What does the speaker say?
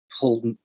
pulled